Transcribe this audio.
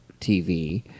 TV